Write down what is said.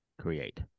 create